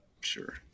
Sure